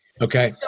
Okay